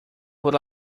por